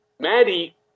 Maddie